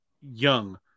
young